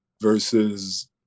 versus